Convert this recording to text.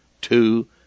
two